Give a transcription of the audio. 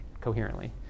coherently